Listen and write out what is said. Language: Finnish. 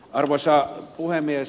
arvoisa puhemies